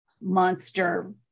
monster